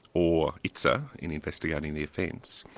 or itsa, in investigating the offence,